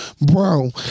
bro